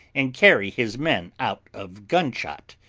and carry his men out of gunshot,